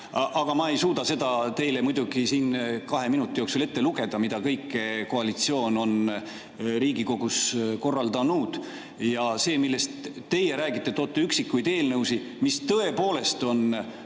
Aga ma ei suuda seda teile muidugi siin kahe minuti jooksul ette lugeda, mida kõike koalitsioon on Riigikogus korraldanud. See, millest teie räägite – toote üksikuid eelnõusid, mis tõepoolest on